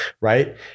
right